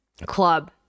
club